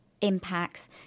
impacts